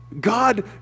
God